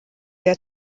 der